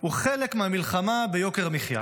הוא חלק מהמלחמה ביוקר המחיה: